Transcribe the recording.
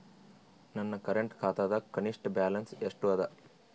ನನ್ನ ಕರೆಂಟ್ ಖಾತಾದಾಗ ಕನಿಷ್ಠ ಬ್ಯಾಲೆನ್ಸ್ ಎಷ್ಟು ಅದ